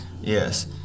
Yes